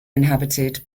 inhabited